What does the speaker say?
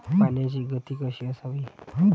पाण्याची गती कशी असावी?